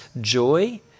joy